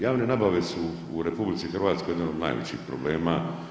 Javne nabave su u RH jedan od najvećih problema.